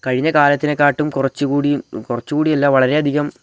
കഴിഞ്ഞ കാലത്തിനെക്കാട്ടും കുറച്ചും കൂടി കുറച്ചും കൂടി അല്ല വളരെ അധികം